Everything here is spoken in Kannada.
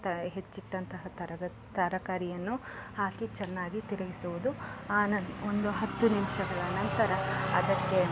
ತ್ತ ಹೆಚ್ಚಿಟ್ಟ ಅಂತಹ ತರಗತ ತರಕಾರಿಯನ್ನು ಹಾಕಿ ಚೆನ್ನಾಗಿ ತಿರುಗಿಸುವುದು ಆನ್ ಒಂದು ಹತ್ತು ನಿಮಿಷಗಳ ನಂತರ ಅದಕ್ಕೆ